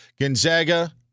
gonzaga